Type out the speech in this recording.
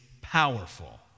powerful